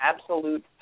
Absolute